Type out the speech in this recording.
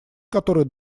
который